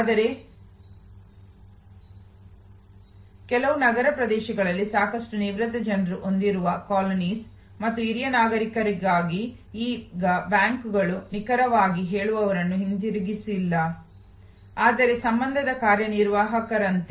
ಆದರೆ ಕೆಲವು ನಗರ ಪ್ರದೇಶಗಳಲ್ಲಿ ಸಾಕಷ್ಟು ನಿವೃತ್ತ ಜನರನ್ನು ಹೊಂದಿರುವ colonies ಮತ್ತು ಹಿರಿಯ ನಾಗರಿಕರಿಗಾಗಿ ಈಗ ಬ್ಯಾಂಕುಗಳು ನಿಖರವಾಗಿ ಹೇಳುವವರನ್ನು ಹಿಂದಿರುಗಿಸಿಲ್ಲ ಆದರೆ ಸಂಬಂಧದ ಕಾರ್ಯನಿರ್ವಾಹಕರಂತೆ